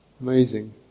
Amazing